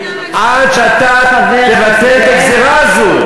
עד שאתה תבטל את הגזירה הזאת.